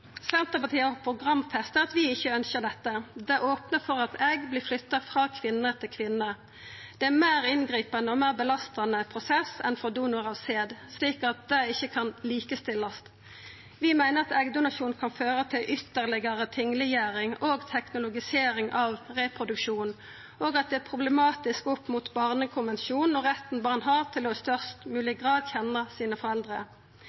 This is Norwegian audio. Senterpartiet har programfesta at vi ikkje ønskjer dette. Det opnar for at egg vert flytta frå kvinne til kvinne. Det er ein meir inngripande og meir belastande prosess enn for donorar av sæd, så det kan ein ikkje likestilla. Vi meiner at eggdonasjon kan føra til ytterlegare tingleggjering og teknologisering av reproduksjon, og at det er problematisk opp mot barnekonvensjonen og retten barn har til i størst mogleg grad å kjenna sine foreldre.